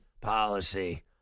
policy